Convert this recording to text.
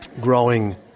growing